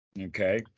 Okay